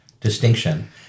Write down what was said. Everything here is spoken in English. distinction